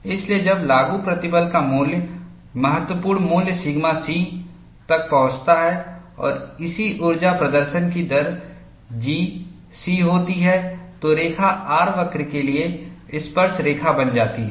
इसलिए जब लागू प्रतिबल का मूल्य महत्वपूर्ण मूल्य सिग्मा C तक पहुंचता है और इसी ऊर्जा प्रदर्शन की दर Gc होती है तो रेखा R वक्र के लिए स्पर्शरेखा बन जाती है